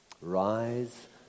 Rise